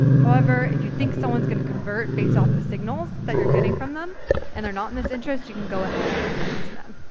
however if you think someone's gonna convert based off the signals that you're getting from them and they're not in this interest, you can go ahead and serve it to them.